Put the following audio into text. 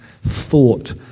thought